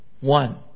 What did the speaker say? One